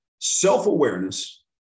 self-awareness